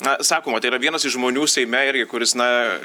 na sakoma tai yra vienas iš žmonių seime irgi kuris na